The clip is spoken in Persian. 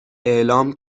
اعلام